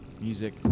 music